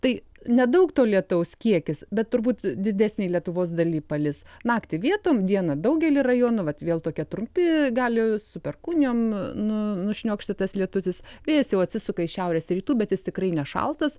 tai nedaug to lietaus kiekis bet turbūt didesnėj lietuvos daly palis naktį vietom dieną daugelyje rajonų vat vėl tokie trumpi gali su perkūnijom nu nušniokšti tas lietutis vėjas jau atsisuka į šiaurės rytų bet jis tikrai nešaltas